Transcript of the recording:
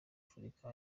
afurika